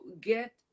get